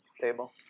table